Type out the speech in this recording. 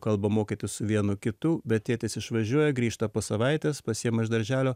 kalbą mokytis su vienu kitu bet tėtis išvažiuoja grįžta po savaitės pasiima iš darželio